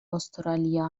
استرالیا